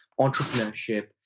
entrepreneurship